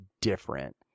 different